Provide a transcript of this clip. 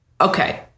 okay